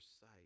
sight